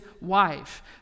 wife